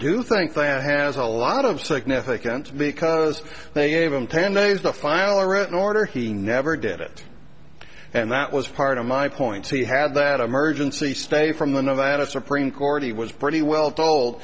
do think that has a lot of significance because they gave him ten days to file a written order he never did it and that was part of my point he had that emergency stay from the nevada supreme court he was pretty well told